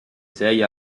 sei